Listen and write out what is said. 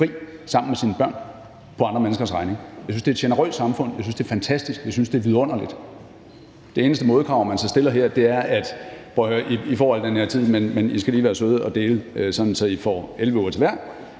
sammen med sine børn på andre menneskers regning, er et generøst samfund. Jeg synes, det er fantastisk, jeg synes, det er vidunderligt. Det eneste modkrav, man så stiller her, er at sige: Prøv at høre her, I får al den her tid, men I skal lige være søde at dele, sådan at I får 11 uger til hver;